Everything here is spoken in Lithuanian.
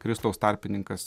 kristaus tarpininkas